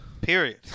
Period